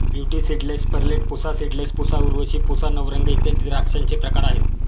beauty seedless, perlette, Pusa seedless, Pusa Urvashi, Pusa Navrang इत्यादी द्राक्षांचे प्रकार आहेत